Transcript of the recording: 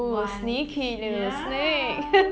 once ya